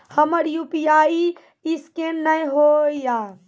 हमर UPI scan नेय हो या?